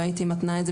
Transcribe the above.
לא הייתי מתנה את זה